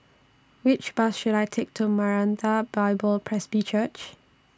Which Bus should I Take to Maranatha Bible Presby Church